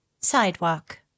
Sidewalk